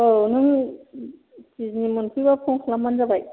औ नों बिजिनी मोनफैबा फन खालामबानो जाबाय